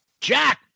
Jack